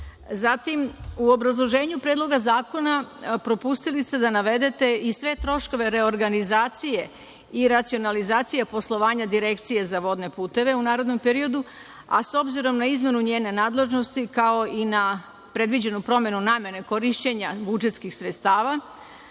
puteva. Zatim, u obrazloženju Predloga zakona propustili ste da navedete i sve troškove reorganizacije i racionalizacije poslovanja Direkcije za vodne puteve u narednom periodu, a s obzirom na izmenu njene nadležnosti, kao i na predviđenu promenu namene korišćenja budžetskih sredstava,